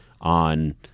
on